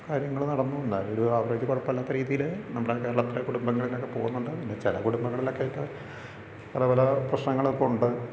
കാര്യങ്ങൾ നടന്നുപോകും എന്നാലുമൊരു ആവറേജ് കുഴപ്പമില്ലാത്ത രീതിയിൽ നമ്മുടെ കേരളത്തിലെ കുടുംബങ്ങളിലൊക്കെ പോകുന്നുണ്ട് പിന്നേ ചില കുടുംബങ്ങളിലൊക്കെ ക്കെ പല പ്രശ്നങ്ങൾ ഇപ്പോൾ ഉണ്ട്